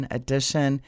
edition